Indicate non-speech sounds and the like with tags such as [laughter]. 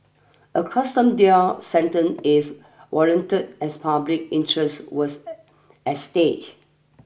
a custom deal sentence is warranted as public interest was [noise] at stake